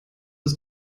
ist